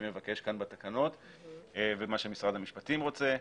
מבקש כאן בתקנות ומה שמשרד המשפטים רוצה.